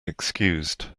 excused